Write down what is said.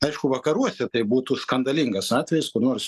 aišku vakaruose tai būtų skandalingas atvejis kur nors